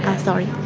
ah sorry.